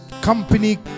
company